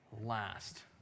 last